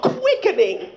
quickening